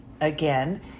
again